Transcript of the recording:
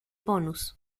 bonus